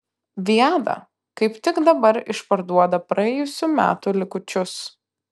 viada kaip tik dabar išparduoda praėjusių metų likučius